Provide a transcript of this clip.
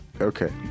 Okay